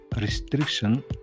restriction